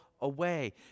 away